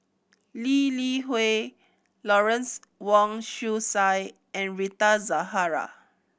Lee Li Hui Lawrence Wong Shyun Tsai and Rita Zahara